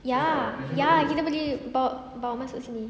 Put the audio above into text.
ya ya kita beli bawa bawa masuk sini